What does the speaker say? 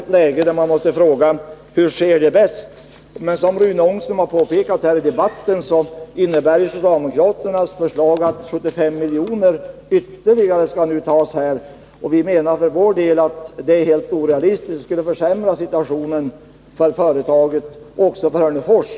Frågan blir då: Hur sker det bäst? Som Rune Ångström har Onsdagen den påpekat i debatten innebär socialdemokraternas förslag att ytterligare 75 & maj 1981 milj.kr. skall anslås. Vi menar att det är helt orealistiskt och skulle försämra situationen för företaget och för Hörnefors.